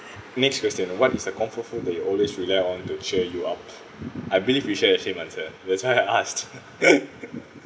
next question what is the comfort food that you always rely on to cheer you up I believe we share the same answer that's why I asked